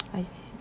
I see